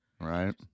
right